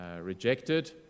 rejected